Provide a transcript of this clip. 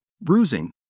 bruising